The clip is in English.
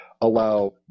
allow